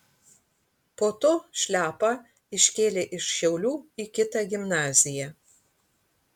po to šliapą iškėlė iš šiaulių į kitą gimnaziją